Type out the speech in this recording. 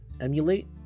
emulate